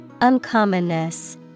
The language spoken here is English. Uncommonness